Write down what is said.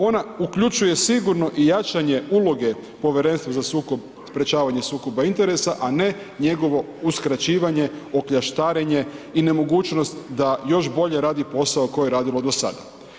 Ona uključuje sigurno i jačanje uloge Povjerenstva za sukob, sprječavanje sukoba interesa a ne njegovo uskraćivanje, okljaštarenje i nemogućnost da još bolje radi posao koje je radilo do sada.